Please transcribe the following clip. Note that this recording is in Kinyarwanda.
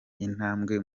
intambwe